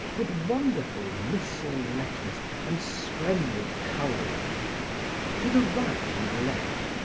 with wonderful missal letters and splendid coloring to the right and left,